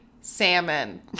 salmon